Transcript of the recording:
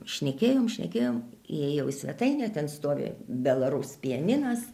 šnekėjom šnekėjom įėjau į svetainę ten stovi belarus pianinas